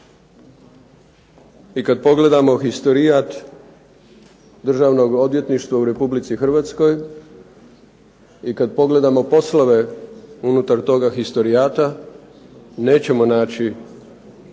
I kad pogledamo historijat Državnog odvjetništva u Republici Hrvatskoj i kad pogledamo poslove unutar toga historijata nećemo naći